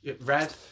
red